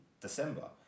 december